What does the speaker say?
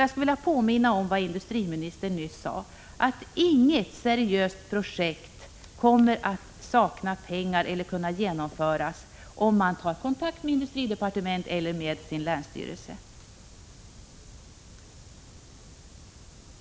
Jag skulle vilja påminna om vad industriministern nyss sade, att inget seriöst projekt kommer att sakna pengar för att kunna genomföras om man tar kontakt med industridepartementet eller med sin länsstyrelse.